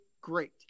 great